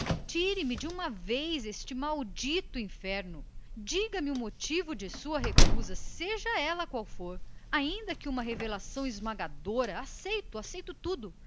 tire me por uma vez deste maldito inferno da dúvida declare me o segredo da sua recusa seja qual for ainda que uma revelação esmagadora estou disposto a aceitar tudo